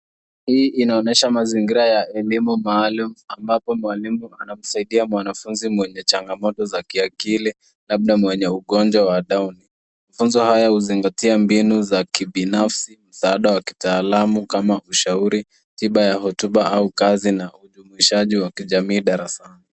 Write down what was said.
Hii inaonyesha mazingira ya elimu maalum ambapo mwalimu anamsaidia mwanafunzi mwenye changamoto za kiakili labda mwenye ugojwa wa downy. Mafunzo haya huzingatia mbinu za kibinafsi, msaada wa kitaalamu kama ushauri, tiba ya hotuba au kazi na ujumuishaji wa kijamii darasani.